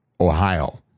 ohio